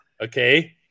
Okay